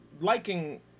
liking